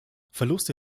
verluste